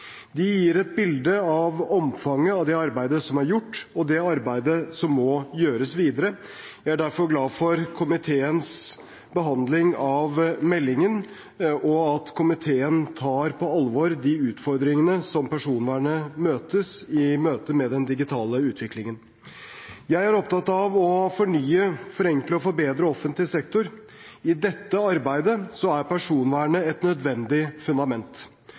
De gir et bilde av omfanget av det arbeidet som er gjort, og det arbeidet som må gjøres videre. Jeg er derfor glad for komiteens behandling av meldingen, og at komiteen tar på alvor de utfordringene som personvernet møter i møte med den digitale utviklingen. Jeg er opptatt av å fornye, forenkle og forbedre offentlig sektor. I dette arbeidet er personvernet et nødvendig fundament.